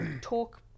Talk